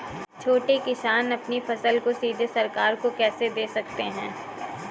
छोटे किसान अपनी फसल को सीधे सरकार को कैसे दे सकते हैं?